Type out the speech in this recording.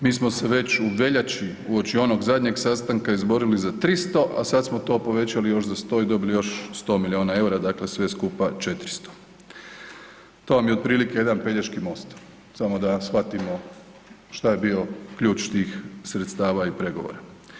Mi smo se već u veljači uoči onog zadnjeg sastanka izborili za 300, a sad smo to povećali još za 100 i dobili još 100 milijuna EUR-a, dakle sve skupa 400, to vam je otprilike jedan Pelješki most, samo da shvatimo šta je bio ključ tih sredstava i pregovora.